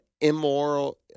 Immoral